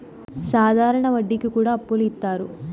సాధారణ వడ్డీ కి కూడా అప్పులు ఇత్తారు